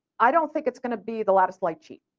i don't think it's going to be the lattice light sheet.